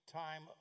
time